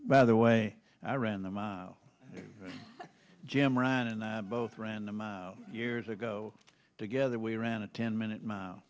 by the way i ran the mile jim moran and i both ran them out years ago together we ran a ten minute mile